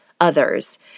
others